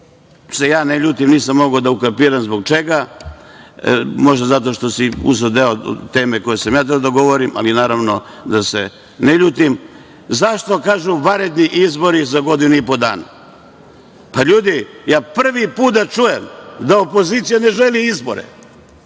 se ja ne ljutim, nisam mogao da ukapiram zbog čega, možda zato što si uzeo deo od teme o kojoj sam ja hteo da govorim, ali naravno da se ne ljutim. Zašto kažu vanredni izbori za godinu i po dana? Pa, ljudi, prvi put da čujem da opozicija ne želi izbore.